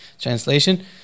translation